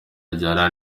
ajyana